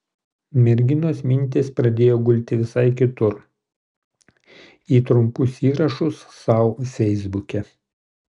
merginos mintys pradėjo gulti visai kitur į trumpus įrašus sau feisbuke